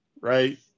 right